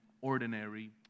ordinary